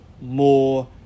more